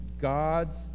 God's